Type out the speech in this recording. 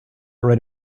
write